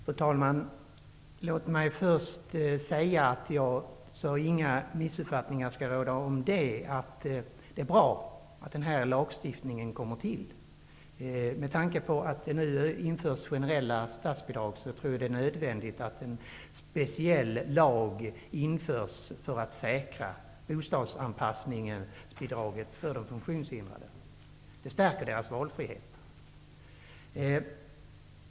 Fru talman! Låt mig först säga, så att inga missuppfattningar skall råda om det, att det är bra att den här lagen kommer till. Med tanke på att det nu införs generella statsbidrag tror jag att det är nödvändigt att en speciallag stiftas för att säkra bostadsanpassningen för de funktionshindrade. Det stärker deras valfrihet.